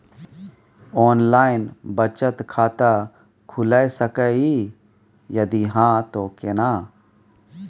Online बचत खाता खुलै सकै इ, यदि हाँ त केना?